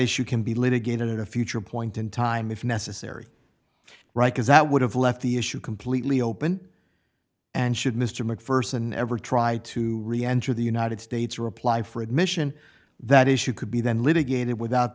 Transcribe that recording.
issue can be litigated in a future point in time if necessary right because that would have left the issue completely open and should mr macpherson ever tried to enter the united states reply for admission that issue could be then litigated without